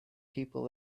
people